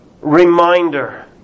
reminder